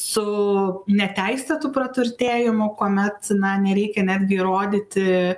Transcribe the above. su neteisėtu praturtėjimu kuomet na nereikia netgi įrodyti